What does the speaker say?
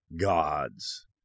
gods